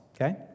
okay